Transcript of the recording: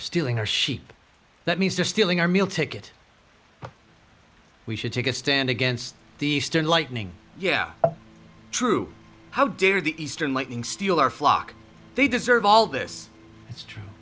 stealing our sheep that means they're stealing our meal ticket we should take a stand against the eastern lightning yeah true how dare the eastern lightning steal our flock they deserve all this it's true